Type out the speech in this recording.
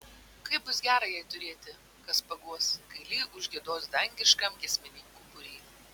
kaip bus gera jai turėti kas paguos kai li užgiedos dangiškam giesmininkų būry